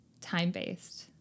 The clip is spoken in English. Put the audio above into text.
time-based